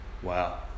Wow